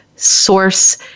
source